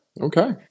Okay